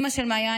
אימא של מעיין,